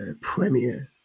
Premiere